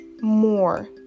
more